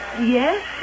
yes